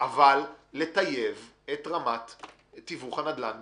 אבל לטייב את רמת תיווך הנדל"ן בישראל.